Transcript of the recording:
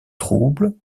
trouble